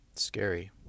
scary